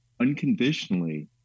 unconditionally